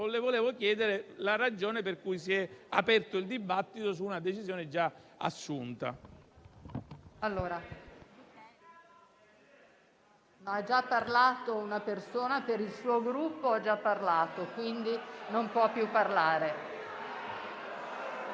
quindi, chiedere la ragione per cui si è aperto il dibattito su una decisione già assunta.